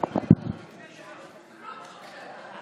כנסת נכבדה,